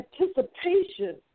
anticipation